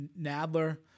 Nadler